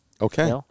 Okay